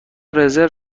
رزرو